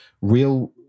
real